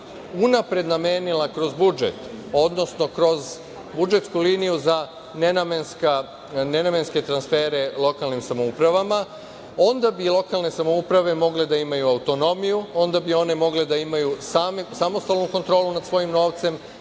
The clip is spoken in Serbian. unapred namenila kroz budžet, odnosno kroz budžetsku liniju za nenamenske transfere lokalnim samoupravama, onda bi lokalne samouprave mogle da imaju autonomiju, onda bi one mogle da imaju samostalnu kontrolu nad svojim novcem,